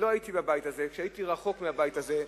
כשלא הייתי בבית הזה, כשהייתי רחוק מהבית הזה,